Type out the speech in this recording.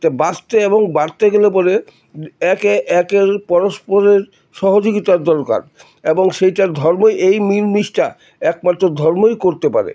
ত বাঁচতে এবং বাড়তে গেলে বলে একে একের পরস্পরের সহযোগিতার দরকার এবং সেইটার ধর্মই এই মিলমিষ্টা একমাত্র ধর্মই করতে পারে